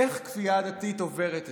איך כפייה דתית עוברת אתכם?